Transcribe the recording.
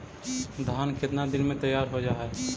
धान केतना दिन में तैयार हो जाय है?